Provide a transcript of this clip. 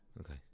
Okay